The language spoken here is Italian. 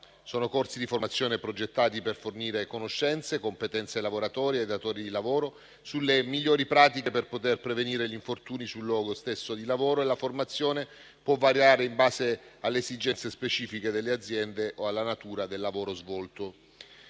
Sono corsi di formazione progettati per fornire conoscenze e competenze ai lavoratori e ai datori di lavoro sulle migliori pratiche per poter prevenire gli infortuni sul luogo di lavoro e la formazione può variare in base alle esigenze specifiche delle aziende o alla natura del lavoro svolto.